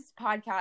podcast